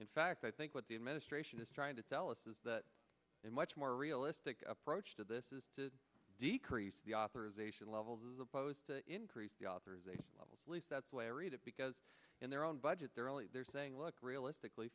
in fact i think what the administration is trying to tell us is that a much more realistic approach to this is to decrease the authorization levels as opposed to increase the authorization levels least that's larry that because in their own budget they're only they're saying look realistically